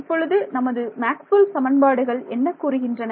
இப்பொழுது நமது மேக்ஸ்வெல் சமன்பாடுகள் என்ன கூறுகின்றன